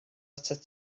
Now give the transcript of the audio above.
atat